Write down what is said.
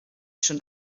schon